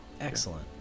Excellent